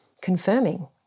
confirming